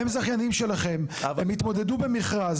הם זכיינים שלכם, הם התמודדו במכרז.